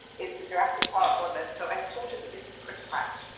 is the jurassic park one. and so i have told her that this is chris pratt,